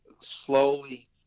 slowly